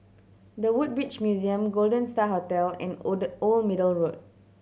The Woodbridge Museum Golden Star Hotel and Old Old Middle Road